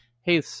hey